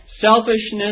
selfishness